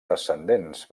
descendents